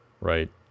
right